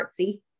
artsy